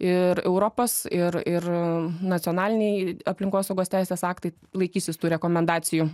ir europos ir ir nacionaliniai aplinkosaugos teisės aktai laikysis tų rekomendacijų